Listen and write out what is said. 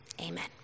amen